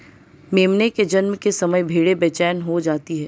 मेमने के जन्म के समय भेड़ें बेचैन हो जाती हैं